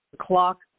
clock